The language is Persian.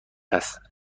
است